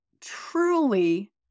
truly